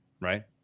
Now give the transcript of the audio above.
right